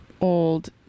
old